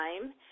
time